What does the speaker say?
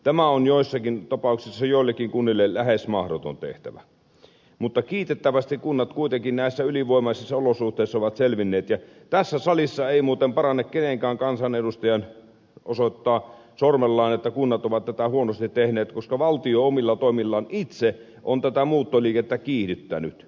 tämä on joissakin tapauksissa joillekin kunnille lähes mahdoton tehtävä mutta kiitettävästi kunnat kuitenkin näissä ylivoimaisissa olosuhteissa ovat selvinneet ja tässä salissa ei muuten parane kenenkään kansanedustajan osoittaa sormellaan että kunnat ovat tätä huonosti tehneet koska valtio omilla toimillaan itse on tätä muuttoliikettä kiihdyttänyt